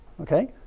okay